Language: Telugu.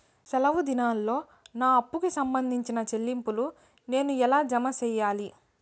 సెలవు దినాల్లో నా అప్పుకి సంబంధించిన చెల్లింపులు నేను ఎలా జామ సెయ్యాలి?